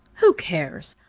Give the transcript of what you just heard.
who cares!